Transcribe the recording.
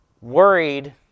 worried